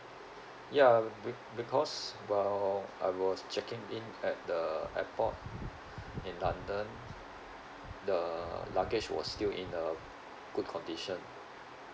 ya be~ because while I was checking in at the airport in london the luggage was still in a good condition